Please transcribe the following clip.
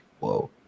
whoa